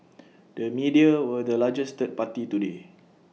the media were the largest third party today